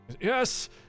Yes